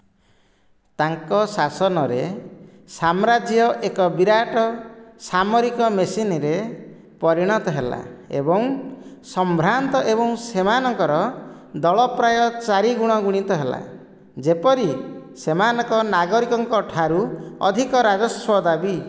ତାଙ୍କ ଶାସନରେ ସାମ୍ରାଜ୍ୟ ଏକ ବିରାଟ ସାମରିକ ମେସିନ୍ରେ ପରିଣତ ହେଲା ଏବଂ ସମ୍ଭ୍ରାନ୍ତ ଏବଂ ସେମାନଙ୍କର ଦଳ ପ୍ରାୟ ଚାରିଗୁଣ ଗୁଣିତ ହେଲା ଯେପରି ସେମାନଙ୍କ ନାଗରିକଙ୍କଠାରୁ ଅଧିକ ରାଜସ୍ୱ ଦାବି